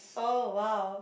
oh !wow!